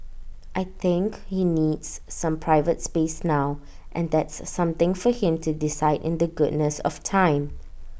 I think he needs some private space now and that's something for him to decide in the goodness of time